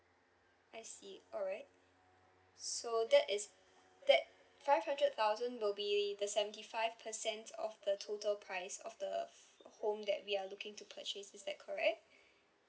I see alright so that is that five hundred thousand will be the seventy five percent of the total price of the home that we're looking to purchase is that correct